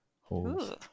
holes